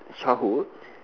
childhood